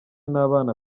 n’abana